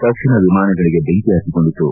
ತಕ್ಷಣ ವಿಮಾನಗಳಿಗೆ ಬೆಂಕಿ ಪತ್ತಿಕೊಂಡಿತು